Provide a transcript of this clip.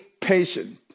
patient